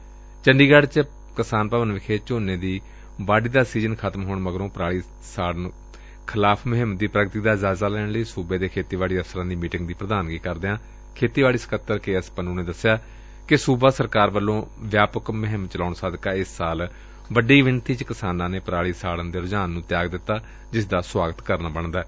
ਅੱਜ ਚੰਡੀਗੜ ਚ ਕਿਸਾਨ ਭਵਨ ਵਿਖੇ ਝੋਨੇ ਦੀ ਵਢਾਈ ਦਾ ਸੀਜ਼ਨ ਖਤਮ ਹੋਣ ਮਗਰੋ ਪਰਾਲੀ ਸਾੜਣ ਵਿਰੋਧ ਮੁਹਿੰਮ ਦੀ ਪ੍ਰਗਤੀ ਦਾ ਜਾਇਜ਼ਾ ਲੈਣ ਲਈ ਸੁਬੇ ਦੇ ਖੇਤੀਬਾੜੀ ਅਫਸਰਾਂ ਦੀ ਮੀਟਿੰਗ ਦੀ ਪ੍ਰਧਾਨਗੀ ਕਰਦਿਆ ਖੇਤੀਬਾੜੀ ਸਕੱਤਰ ਕੇਐਸ ਪੰਨ ਨੇ ਦੌਸਿਆ ਕਿ ਸੁਬਾ ਸਰਕਾਰ ਵੱਲੋਂ ਵਿਆਪਕ ਮੁਹਿੰਮ ਚਲਾਉਣ ਸਦਕਾ ਇਸ ਸਾਲ ਵੱਡੀ ਗਿਣਤੀ ਵਿੱਚ ਕਿਸਾਨਾਂ ਨੇ ਪਰਾਲੀ ਸਾੜਣ ਦੇ ਰੁਝਾਨ ਨੂੰ ਤਿਆਗ ਦਿੱਤੈ ਜਿਸ ਦਾ ਸਵਾਗਤ ਕਰਨਾ ਬਣਦੈ